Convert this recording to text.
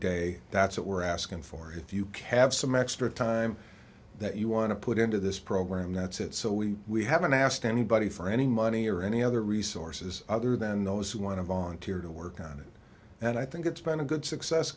day that's what we're asking for if you can have some extra time that you want to put into this program that's it so we we haven't asked anybody for any money or any other resources other than those who want to volunteer to work on it and i think it's been a good success